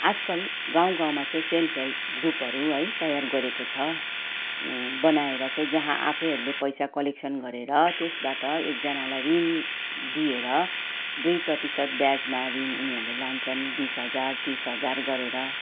आजकल गाउँ गाउँमा चाहिँ सेल्फ हेल्प ग्रुपहरू है तयार गरेको छ बनाएर चाहिँ जहाँ आफैहरूले पैसा कलेक्सन गरेर त्यसबाट एकजनालाई ऋण दिएर दुई प्रतिशत ब्याजमा ऋण उनीहरूले लान्छन् बिस हजार तिस हजार गरेर